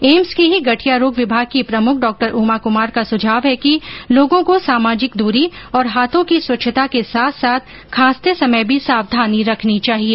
AIIMS की ही गठिया रोग विभाग की प्रमुख डॉ उमा कुमार का सुझाव है कि लोगों को सामाजिक दूरी और हाथों की स्वच्छता के साथ साथ खांसते समय भी सावधानी रखनी चाहिए